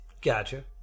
Gotcha